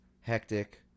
hectic